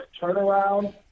turnaround